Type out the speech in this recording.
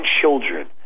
children